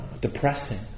depressing